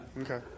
Okay